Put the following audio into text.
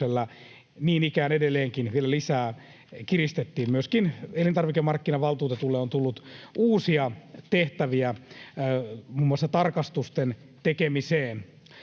niin ikään edelleenkin vielä lisää kiristettiin. Myöskin elintarvikemarkkinavaltuutetulle on tullut uusia tehtäviä muun muassa tarkastusten tekemiseen.